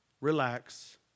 relax